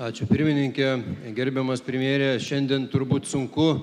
ačiū pirmininke gerbiamas premjere šiandien turbūt sunku